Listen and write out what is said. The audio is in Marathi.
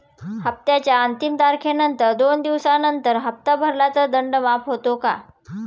हप्त्याच्या अंतिम तारखेनंतर दोन दिवसानंतर हप्ता भरला तर दंड माफ होतो का?